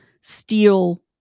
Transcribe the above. steal